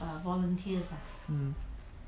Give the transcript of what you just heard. mmhmm